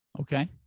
Okay